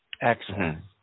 Excellent